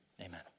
amen